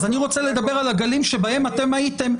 אז אני רוצה לדבר על הגלים שבהם אתם הייתם,